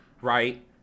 right